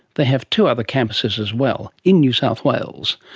they have two other campuses as well in new south wales.